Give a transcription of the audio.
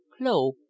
Clo